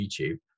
youtube